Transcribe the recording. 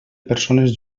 persones